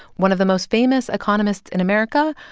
one of the most famous economists in america,